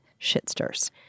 shitsters